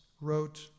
wrote